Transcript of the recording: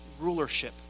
rulership